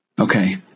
Okay